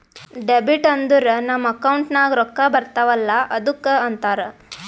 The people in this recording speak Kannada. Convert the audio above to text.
ಡೆಬಿಟ್ ಅಂದುರ್ ನಮ್ ಅಕೌಂಟ್ ನಾಗ್ ರೊಕ್ಕಾ ಬರ್ತಾವ ಅಲ್ಲ ಅದ್ದುಕ ಅಂತಾರ್